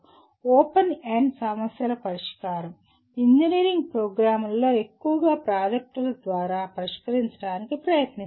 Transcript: open end సమస్యల పరిష్కారం engineering ప్రోగ్రామ్లలో ఎక్కువగా ప్రాజెక్టుల ద్వారా పరిష్కరించడానికి ప్రయత్నిస్తాము